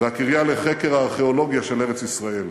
והקריה לחקר הארכיאולוגיה של ארץ-ישראל.